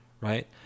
right